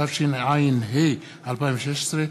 התשע"ו 2016,